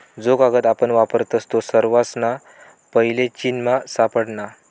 जो कागद आपण वापरतस तो सर्वासना पैले चीनमा सापडना